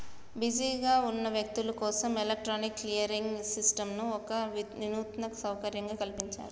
బిజీగా ఉన్న వ్యక్తులు కోసం ఎలక్ట్రానిక్ క్లియరింగ్ సిస్టంను ఒక వినూత్న సౌకర్యంగా కల్పించారు